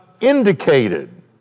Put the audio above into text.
indicated